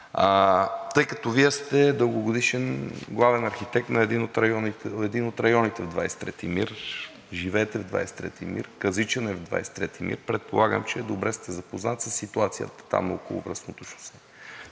Тъй като Вие сте дългогодишен главен архитект на един от районите в 23 МИР. Живеете в 23 МИР. Казичене е в 23 МИР. Предполагам, че добре сте запознат със ситуацията там – на околовръстното шосе.